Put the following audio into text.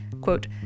Quote